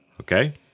okay